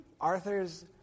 Arthur's